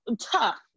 tough